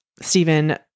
stephen